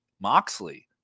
Moxley